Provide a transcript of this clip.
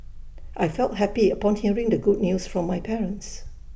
I felt happy upon hearing the good news from my parents